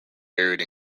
buried